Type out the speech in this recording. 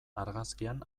argazkian